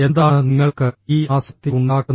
എന്താണ് നിങ്ങൾക്ക് ഈ ആസക്തി ഉണ്ടാക്കുന്നത്